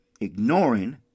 ignoring